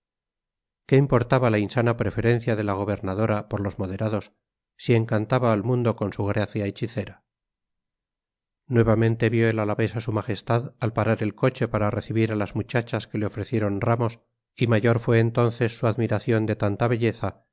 qué importaba la insana preferencia de la gobernadora por los moderados si encantaba al mundo con su gracia hechicera nuevamente vio el alavés a su majestad al parar el coche para recibir a las muchachas que le ofrecieron ramos y mayor fue entonces su admiración de tanta belleza